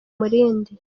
umurindi